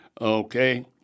Okay